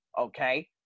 Okay